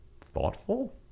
thoughtful